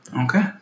okay